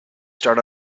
start